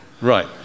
Right